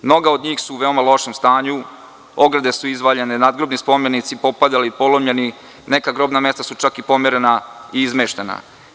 Mnoga od njih su u veoma lošem stanju, ograde su izvaljene, nadgrobni spomenici popadali, polomljeni, neka grobna mesta su čak i pomerena i izmeštena.